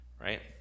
right